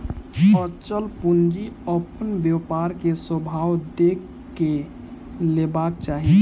अचल पूंजी अपन व्यापार के स्वभाव देख के लेबाक चाही